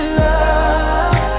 love